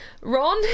ron